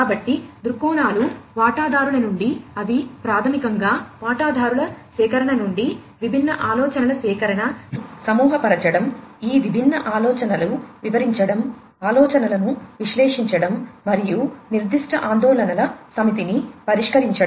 కాబట్టి దృక్కోణాలు వాటాదారుల నుండి అవి ప్రాథమికంగా వాటాదారుల సేకరణ నుండి విభిన్న ఆలోచనల సేకరణ వాటిని సమూహపరచడం ఈ విభిన్న ఆలోచనలను వివరించడం ఆలోచనలను విశ్లేషించడం మరియు నిర్దిష్ట ఆందోళనల సమితిని పరిష్కరించడం